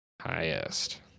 Highest